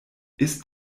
ist